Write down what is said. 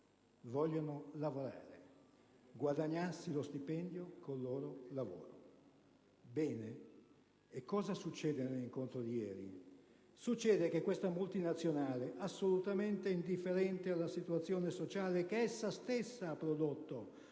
vogliono lavorare, guadagnarsi lo stipendio con il loro lavoro. Bene, e cosa succede nell'incontro di ieri? Che questa multinazionale, assolutamente indifferente alla situazione sociale che essa stessa ha prodotto